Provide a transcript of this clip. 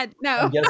No